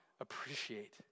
appreciate